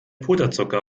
puderzucker